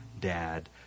dad